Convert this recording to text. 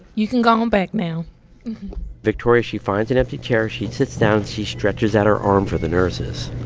you can go on back now victoria she finds an empty chair. she sits down. she stretches out her arm for the nurses